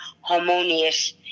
harmonious